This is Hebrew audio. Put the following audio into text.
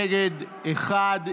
נגד, אחד.